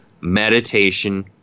meditation